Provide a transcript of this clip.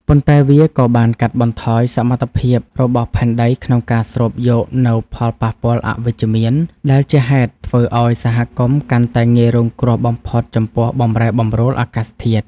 ប៉ុន្តែវាក៏បានកាត់បន្ថយសមត្ថភាពរបស់ផែនដីក្នុងការស្រូបយកនូវផលប៉ះពាល់អវិជ្ជមាន ដែលជាហេតុធ្វើឱ្យសហគមន៍កាន់តែងាយរងគ្រោះបំផុតចំពោះបម្រែបម្រួលអាកាសធាតុ។